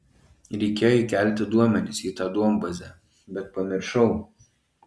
reikėjo įkelti duomenis į tą duombazę bet pamiršau